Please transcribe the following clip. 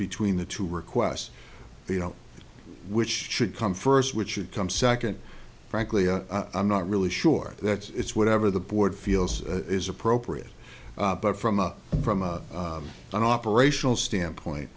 between the two requests you know which should come first which should come second frankly i'm not really sure that it's whatever the board feels is appropriate but from a from an operational standpoint